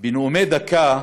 בנאומי דקה,